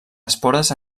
espores